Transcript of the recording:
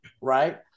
right